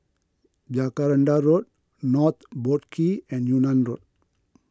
Jacaranda Road North Boat Quay and Yunnan Road